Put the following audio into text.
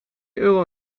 euro